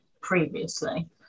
previously